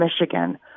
Michigan